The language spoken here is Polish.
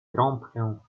trąbkę